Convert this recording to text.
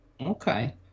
Okay